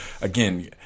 Again